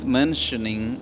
mentioning